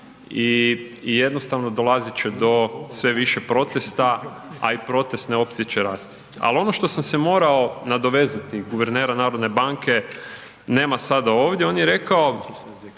i jednostavno dolazit će do sve više protesta, a i protestne opcije će rasti. Al ono na što sam se morao nadovezati, guvernera narodne banke nema sada ovdje, on je rekao